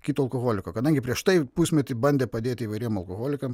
kito alkoholiko kadangi prieš tai pusmetį bandė padėti įvairiem alkoholikam